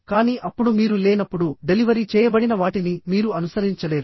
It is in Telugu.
కానీ అప్పుడు మీరు లేనప్పుడు డెలివరీ చేయబడిన వాటిని మీరు అనుసరించలేరు